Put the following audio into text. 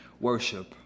worship